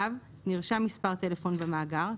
(ו) נרשם מספר טלפון במאגר,